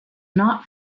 not